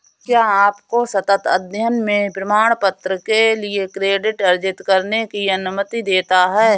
यह आपको सतत अध्ययन में प्रमाणपत्र के लिए क्रेडिट अर्जित करने की अनुमति देता है